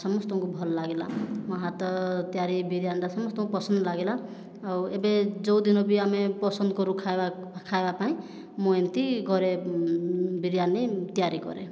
ସମସ୍ତଙ୍କୁ ଭଲଲାଗିଲା ମୋ' ହାତ ତିଆରି ବିରିୟାନୀଟା ସମସ୍ତଙ୍କୁ ପସନ୍ଦ ଲାଗିଲା ଆଉ ଏବେ ଯେଉଁଦିନ ବି ଆମେ ପସନ୍ଦ କରୁ ଖାଇବା ଖାଇବା ପାଇଁ ମୁଁ ଏମିତି ଘରେ ବିରିୟାନୀ ତିଆରି କରେ